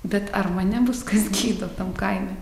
bet ar mane bus kas gydo tam kaime